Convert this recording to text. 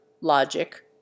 logic